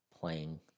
playing